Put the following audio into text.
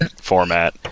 format